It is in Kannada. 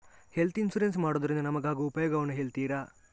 ಹೆಲ್ತ್ ಇನ್ಸೂರೆನ್ಸ್ ಮಾಡೋದ್ರಿಂದ ನಮಗಾಗುವ ಉಪಯೋಗವನ್ನು ಹೇಳ್ತೀರಾ?